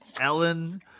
ellen